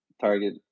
Target